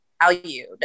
valued